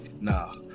Nah